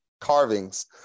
carvings